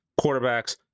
quarterbacks